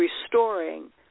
restoring